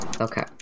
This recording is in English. Okay